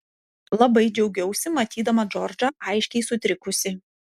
labai džiaugiausi matydama džordžą aiškiai sutrikusį